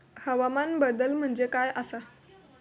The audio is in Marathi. हवामान बदल म्हणजे काय आसा?